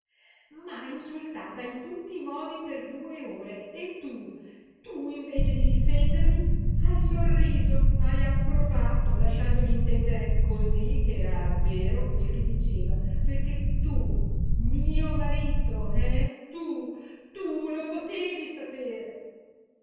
m'ha insultata in tutti i modi per due ore e tu tu invece di difendermi hai sorriso hai approvato lasciandogli intendere cosí ch'era vero quel che diceva perché tu mio marito eh tu tu lo potevi sapere